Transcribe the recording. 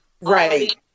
right